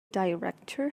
director